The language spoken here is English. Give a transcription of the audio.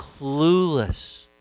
clueless